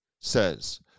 says